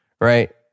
right